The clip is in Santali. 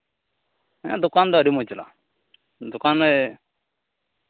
ᱦᱮᱸ ᱫᱚᱠᱟᱱ ᱫᱚ ᱟᱹᱰᱤ ᱢᱚᱡᱽ ᱪᱟᱞᱟᱜᱼᱟ ᱫᱚᱠᱟᱱ ᱨᱮ